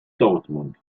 dortmund